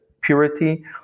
purity